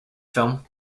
film